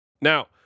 now